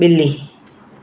ॿिली